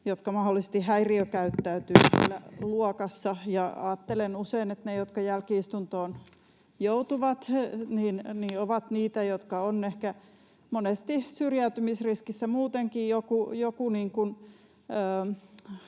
jotka mahdollisesti häiriökäyttäytyvät siellä luokassa. Ajattelen usein, että ne, jotka jälki-istuntoon joutuvat, ovat niitä, jotka ovat ehkä monesti syrjäytymisriskissä muutenkin,